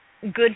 good